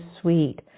sweet